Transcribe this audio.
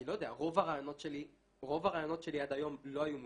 רוב הרעיונות שלי עד היום לא היו מוצלחים,